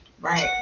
Right